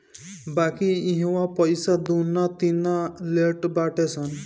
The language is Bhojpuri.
बाकी इहवा पईसा दूना तिना लेट बाटे सन